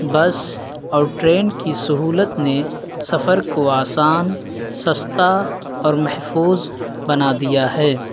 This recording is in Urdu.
بس اور ٹرین کی سہولت نے سفر کو آسان سستا اور محفوظ بنا دیا ہے